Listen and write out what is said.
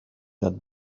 that